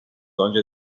آنجا